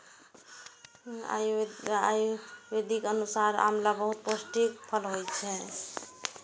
आयुर्वेदक अनुसार आंवला बहुत पौष्टिक फल होइ छै